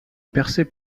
percé